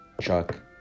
Chuck